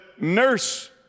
nurse